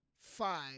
five